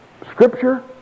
scripture